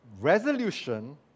Resolution